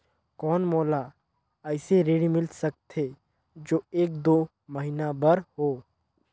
कौन मोला अइसे ऋण मिल सकथे जो एक दो महीना बर हो?